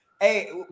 Hey